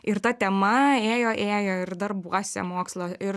ir ta tema ėjo ėjo ir darbuose mokslo ir